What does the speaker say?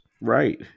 right